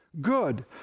good